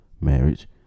marriage